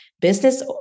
business